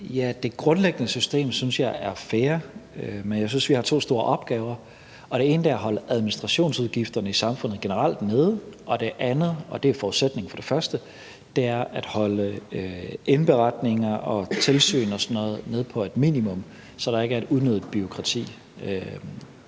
Det grundlæggende system synes jeg er fair. Men jeg synes, vi har to store opgaver. Den ene er at holde administrationsudgifterne i samfundet generelt nede, og den anden er – og det er forudsætningen for det første – at holde indberetninger og tilsyn og sådan noget nede på et minimum, så der ikke er et unødigt bureaukrati.